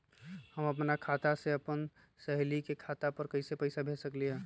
हम अपना खाता से अपन सहेली के खाता पर कइसे पैसा भेज सकली ह?